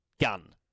gun